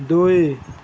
ଦୁଇ